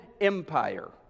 Empire